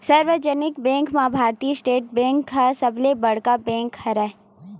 सार्वजनिक बेंक म Bharatiya State Bank ह सबले बड़का बेंक हरय